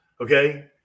Okay